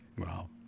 Wow